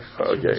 Okay